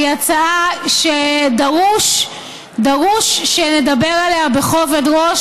היא הצעה שדרוש שנדבר עליה בכובד ראש,